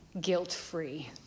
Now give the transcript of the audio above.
guilt-free